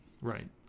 Right